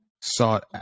sought